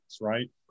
right